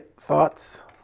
thoughts